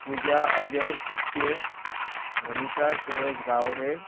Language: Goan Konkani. पुजा अजय शेट्ये वनिता सुरेश गावडे